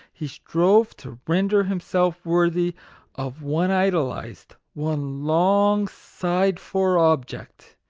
he strove to render himself worthy of one idolized, one long-sighed-for object!